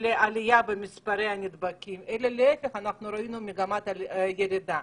לעלייה במספרי הנדבקים אלא להיפך ראינו מגמת ירידה.